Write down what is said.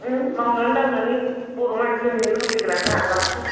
मावनानै दांनानै बर' मानसि लोंनो लुबैग्राना लांफै